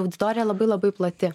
auditorija labai labai plati